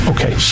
Okay